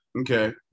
Okay